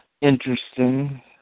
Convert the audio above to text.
Interesting